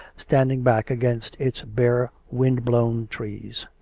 standing back against its bare wind-blown trees.